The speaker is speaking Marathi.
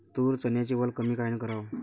तूर, चन्याची वल कमी कायनं कराव?